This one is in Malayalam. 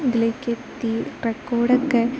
അതിലേക്ക് എത്തി റെക്കോർഡൊക്കെ